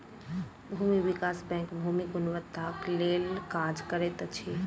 भूमि विकास बैंक भूमिक गुणवत्ताक लेल काज करैत अछि